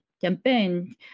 campaign